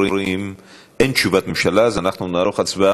אין תשובת ממשלה, אז אנחנו נערוך הצבעה.